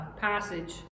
passage